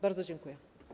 Bardzo dziękuję.